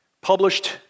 published